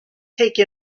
take